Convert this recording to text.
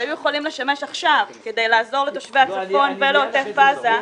שהיו יכולים לשמש עכשיו כדי לעזור לתושבי הצפון ולעוטף עזה,